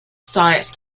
science